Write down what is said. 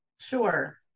Sure